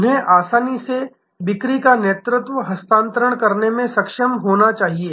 उन्हें आसानी से बिक्री का नेतृत्व हस्तांतरण करने में सक्षम होना चाहिए